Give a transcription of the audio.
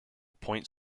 point